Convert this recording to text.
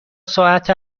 ساعت